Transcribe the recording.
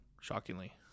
shockingly